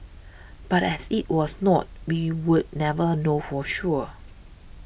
but as it was not we will never know for sure